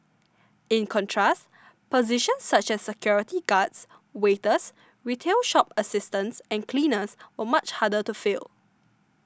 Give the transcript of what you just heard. in contrast positions such as security guards waiters retail shop assistants and cleaners were much harder to fill